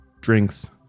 drinks